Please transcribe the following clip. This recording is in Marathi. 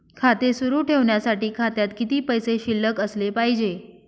खाते सुरु ठेवण्यासाठी खात्यात किती पैसे शिल्लक असले पाहिजे?